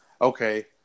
Okay